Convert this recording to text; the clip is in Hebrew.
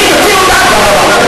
תוציאו הודעה.